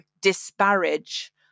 disparage